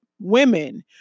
women